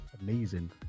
amazing